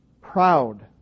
proud